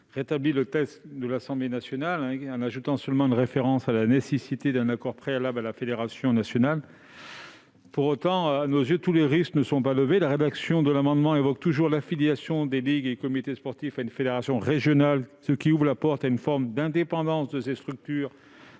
rédaction proposée par l'Assemblée nationale en ajoutant seulement une référence à la nécessité d'un accord préalable de la fédération nationale. Pour autant, à nos yeux, tous les risques ne sont pas levés. La rédaction de l'amendement évoque toujours l'affiliation des ligues et comités sportifs à une fédération régionale, ce qui ouvre la porte à une forme d'indépendance de ces structures à l'égard